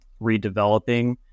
redeveloping